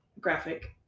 graphic